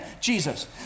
Jesus